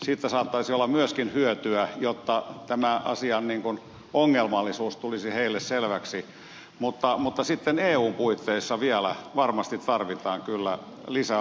siitä saattaisi olla myöskin hyötyä jotta tämän asian ongelmallisuus tulisi heille selväksi mutta sitten eun puitteissa vielä varmasti tarvitaan kyllä lisää aktiviteettia